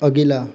अगिला